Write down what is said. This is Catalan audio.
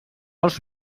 els